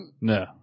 No